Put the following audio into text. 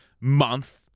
month